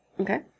Okay